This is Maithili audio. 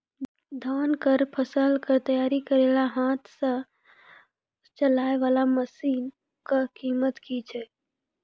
धान कऽ फसल कऽ तैयारी करेला हाथ सऽ चलाय वाला मसीन कऽ कीमत की छै?